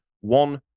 one